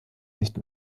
nicht